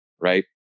Right